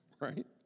right